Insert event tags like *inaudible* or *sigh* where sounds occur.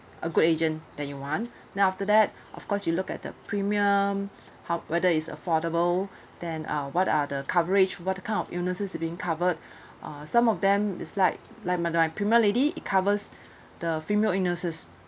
a good agent that you want then after that of course you look at the premium *breath* how whether is affordable then uh what are the coverage what kind of illnesses is being covered *breath* uh some of them is like like my premier lady it covers the female illnesses